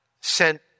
sent